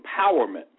empowerment